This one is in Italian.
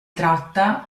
tratta